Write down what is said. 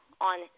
on